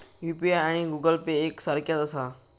UPI आणि Google Pay एक सारख्याच आसा?